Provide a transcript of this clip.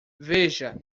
veja